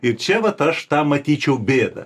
ir čia vat aš tą matyčiau bėdą